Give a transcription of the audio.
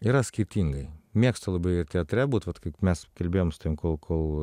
yra skirtingai mėgstu labai ir teatre būt vat kaip mes kalbėjom su tavim kol kol